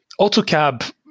AutoCab